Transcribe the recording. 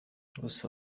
gusa